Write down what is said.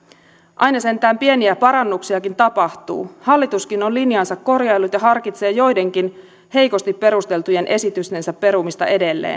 aina sentään pieniä parannuksiakin tapahtuu hallituskin on linjaansa korjaillut ja harkitsee edelleen joidenkin heikosti perusteltujen esitystensä perumista kuunneltuaan